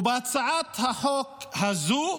בהצעת החוק הזאת